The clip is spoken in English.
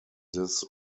this